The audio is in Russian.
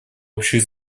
общих